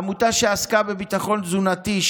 העמותה שעסקה בביטחון תזונתי,